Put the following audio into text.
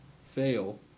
fail